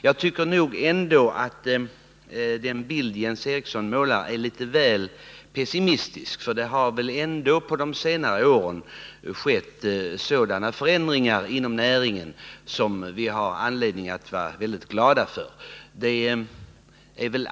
Jag tycker nog ändå att den bild som Jens Eriksson målar är väl pessimistisk. Det har dock under de senaste åren skett förändringar inom näringen som vi har anledning att vara glada för.